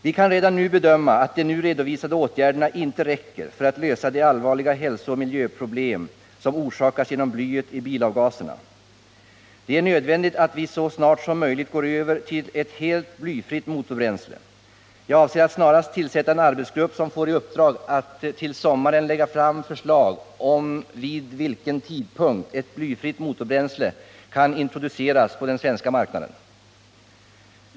Vi kan redan nu bedöma att de nu redovisade åtgärderna inte räcker för att lösa de allvarliga hälsooch miljöproblem som orsakas genom blyet i bilavgaserna. Det är nödvändigt att vi så snart som möjligt går över till ett helt blyfritt motorbränsle. Jag avser att snarast tillsätta en arbetsgrupp som får i uppdrag att till sommaren lägga fram förslag om vid vilken tidpunkt ett blyfritt motorbränsle kan introduceras på den svenska marknaden.